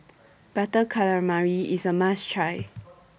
Butter Calamari IS A must Try